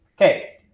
Okay